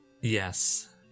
Yes